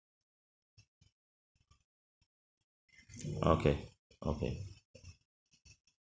okay okay